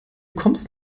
kommst